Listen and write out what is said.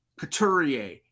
Couturier